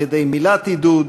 על-ידי מילת עידוד,